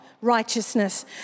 righteousness